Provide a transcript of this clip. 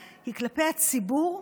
היא כלפי הציבור,